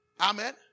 Amen